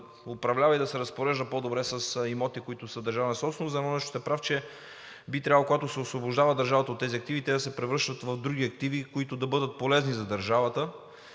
управлява и да се разпорежда по-добре с имоти, които са държавна собственост. За едно нещо сте прав, че би трябвало, когато държавата се освобождава от тези активи, те да се превръщат в други активи, които да бъдат полезни за държавата.